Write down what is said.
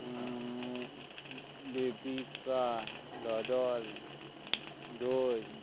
बेबिका दोदोल दोश